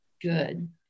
Good